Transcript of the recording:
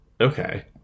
Okay